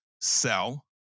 sell